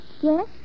Yes